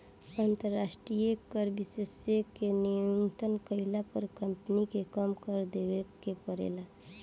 अंतरास्ट्रीय कर विशेषज्ञ के नियुक्ति कईला पर कम्पनी के कम कर देवे के परेला